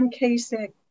Kasich